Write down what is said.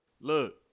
Look